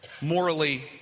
morally